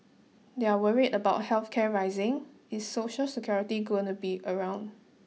they're worried about health care rising is Social Security going to be around